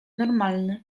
normalny